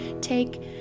take